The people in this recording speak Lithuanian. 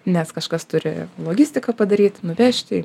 nes kažkas turi logistiką padaryt nuvežti į